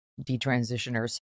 detransitioners